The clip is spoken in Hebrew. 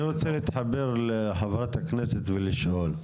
אני רוצה להתחבר לחברת הכנסת ולשאול,